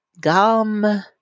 gum